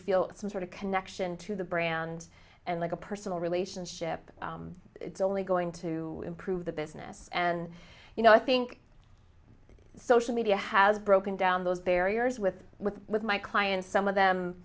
feel some sort of connection to the brand and like a personal relationship it's only going to improve the business and you know i think social media has broken down those barriers with with with my clients some of